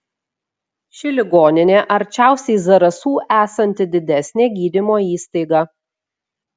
ši ligoninė arčiausiai zarasų esanti didesnė gydymo įstaiga